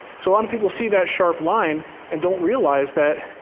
so lot of people see that sharp line and don't realize that,